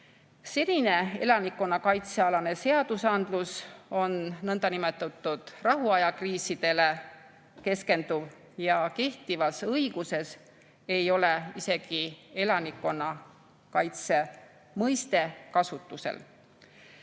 Senine elanikkonnakaitsealane seadusandlus on niinimetatud rahuaja kriisidele keskenduv ja kehtivas õiguses ei ole isegi elanikkonnakaitse mõiste